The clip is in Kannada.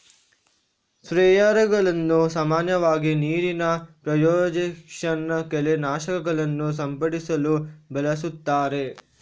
ಸ್ಪ್ರೇಯರುಗಳನ್ನು ಸಾಮಾನ್ಯವಾಗಿ ನೀರಿನ ಪ್ರೊಜೆಕ್ಷನ್ ಕಳೆ ನಾಶಕಗಳನ್ನು ಸಿಂಪಡಿಸಲು ಬಳಸುತ್ತಾರೆ